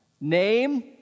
name